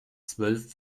zwölf